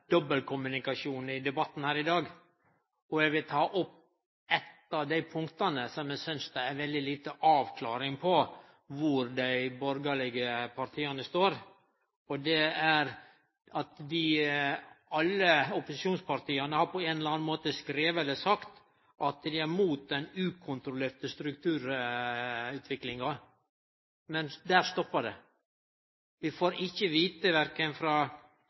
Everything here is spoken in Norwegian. dobbeltkommunikasjon, i debatten her i dag. Eg vil ta opp eitt av dei punkta, som eg synest veldig dårleg avklarer kor dei borgarlege partia står. Alle opposisjonspartia har på ein eller annan måte skrive eller sagt at dei er mot den ukontrollerte strukturutviklinga, men der stoppar det. Vi får ikkje vite, verken frå